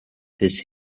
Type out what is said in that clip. this